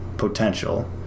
potential